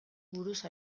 buruz